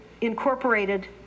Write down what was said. Incorporated